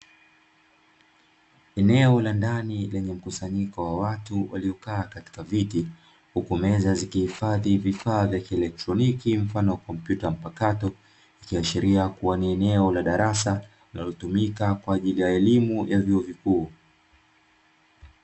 Eneo la ndani lenye mkusanyiko wa watu waliokaa katika viti, huku meza zikihifadhi vifaa vya kielektroniki mfano kompyuta mpakato, ikiashiria kuwa ni eneo la darasa linalotumika kwa ajili ya elimu ya vyuo vikuu.